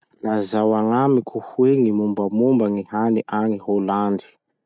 Lazao agnamiko hoe gny mombamomba gny hany agny Holandy?